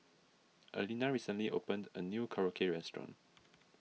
Allena recently opened a new Korokke restaurant